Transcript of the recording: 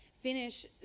finish